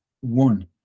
one